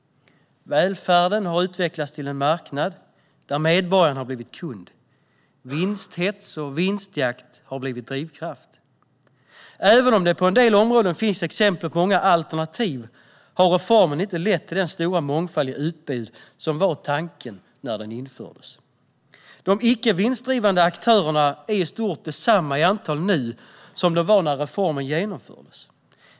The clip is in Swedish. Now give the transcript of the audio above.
Välfärden har utvecklats till en marknad där medborgaren har blivit kund. Vinsthets och vinstjakt har blivit drivkraft. Även om det på en del områden finns exempel på många alternativ har reformen inte lett till den stora mångfald i utbud som var tanken när den infördes. De icke vinstdrivande aktörerna är i stort desamma i antal nu som de var när reformen genomfördes.